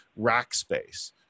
Rackspace